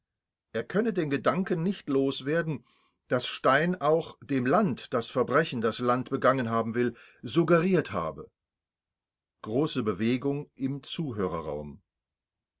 er könne den gedanken nicht loswerden daß stein auch dem land das verbrechen das land begangen haben will suggeriert habe